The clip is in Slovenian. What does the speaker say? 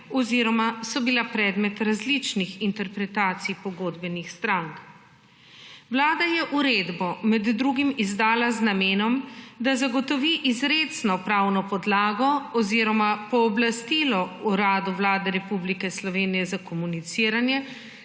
oziroma so bila predmet različnih interpretacij pogodbenih strank. Vlada je uredbo med drugim izdala z namenom, da zagotovi izrecno pravno podlago oziroma pooblastilo Uradu Vlade Republike Slovenije za komuniciranje